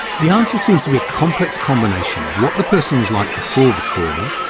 the answer seems to be a complex combination of what the person was like before the trauma,